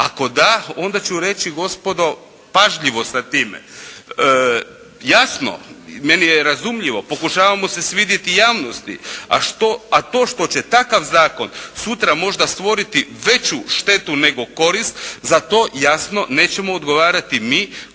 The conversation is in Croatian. Ako da, onda ću reći gospodo pažljivo sa time. Jasno, meni je razumljivo. Pokušavamo se svidjeti javnosti. A to što će takav zakon sutra možda stvoriti veću štetu nego korist, za to jasno nećemo odgovarati mi